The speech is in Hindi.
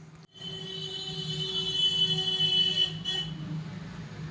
छोले चने की खेती में दस एकड़ में कितनी डी.पी डालें?